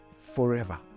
forever